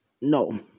No